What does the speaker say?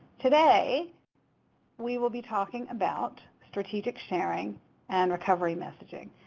today we will be talking about strategic sharing and recovery messaging.